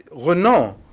Renan